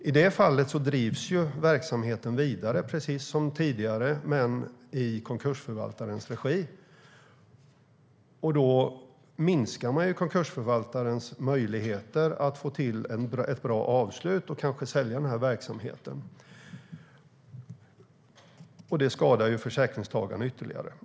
I det fallet drivs verksamheten vidare precis som tidigare men i konkursförvaltarens regi. Då minskar konkursförvaltarens möjligheter att få till ett bra avslut och sälja verksamheten. Det skadar försäkringstagarna ytterligare.